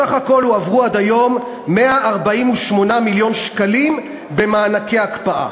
בסך הכול הועברו עד היום 148 מיליון שקלים במענקי הקפאה.